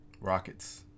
Rockets